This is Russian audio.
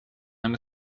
нам